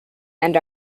and